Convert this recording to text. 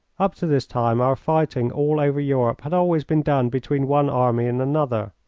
up to this time our fighting all over europe had always been done between one army and another.